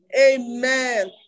Amen